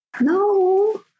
No